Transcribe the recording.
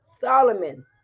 Solomon